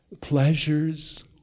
pleasures